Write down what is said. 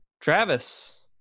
Travis